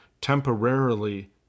temporarily